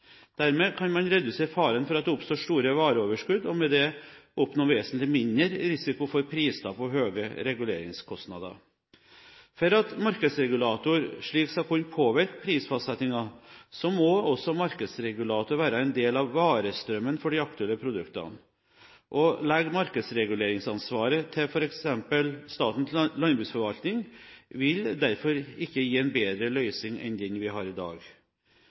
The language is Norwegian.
Dermed kan man redusere faren for at det oppstår store vareoverskudd, og med det oppnå vesentlig mindre risiko for pristap og høye reguleringskostnader. For at markedsregulator slik skal kunne påvirke prisfastsettingen, må også markedsregulator være en del av varestrømmen for de aktuelle produktene. Å legge markedsreguleringsansvaret til f.eks. Statens landbruksforvaltning vil derfor ikke gi en bedre løsning enn den vi har i dag.